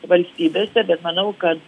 valstybėse bet manau kad